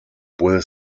puede